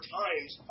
times